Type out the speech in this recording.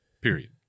period